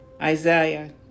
Isaiah